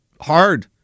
hard